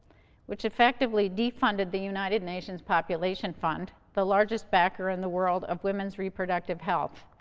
which effectively defunded the united nations population fund, the largest backer in the world of women's reproductive health,